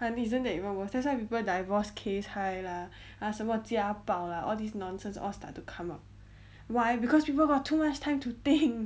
isn't that even worse that's why people divorce case high lah ah 什么家宝 lah all these nonsense all start to come out why cause people got too much time to think